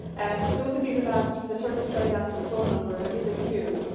um those of you who've asked for the turkish belly dancer's phone number, there is a queue.